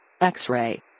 X-Ray